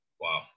wow